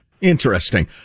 interesting